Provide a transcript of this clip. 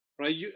right